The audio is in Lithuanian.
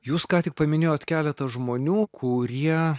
jūs ką tik paminėjot keletą žmonių kurie